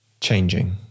changing